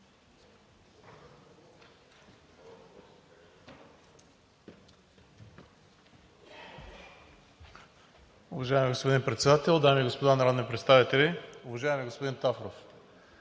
Уважаеми господин Председател, дами и господа народни представители, уважаеми господин Тафров!